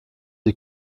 die